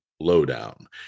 Lowdown